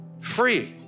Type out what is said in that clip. free